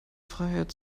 freiheit